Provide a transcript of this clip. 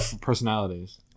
personalities